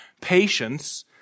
patience